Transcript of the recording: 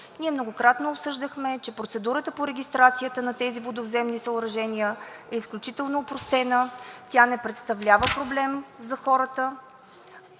Ние многократно обсъждахме, че процедурата по регистрацията на тези водовземни съоръжения е изключително опростена. Тя не представлява проблем за хората.